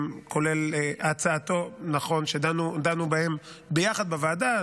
כולל הצעתו, שדנו בהם ביחד בוועדה.